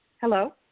Hello